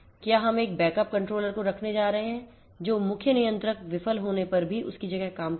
क्या हम एक बैकअप कंट्रोलर को रखने जा रहे हैं जो मुख्य नियंत्रक विफल होने पर भी उसकी जगह काम करेगा